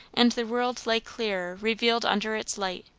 and the world lay clearer revealed under its light,